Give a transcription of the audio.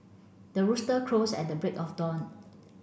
the rooster crows at the break of dawn